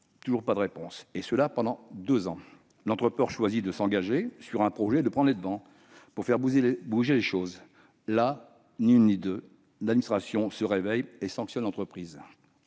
vaine. La situation dure pendant deux ans. L'entrepreneur choisit donc d'engager son projet et de prendre les devants pour faire bouger les choses. Là, ni une ni deux, l'administration se réveille et sanctionne l'entreprise.